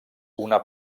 una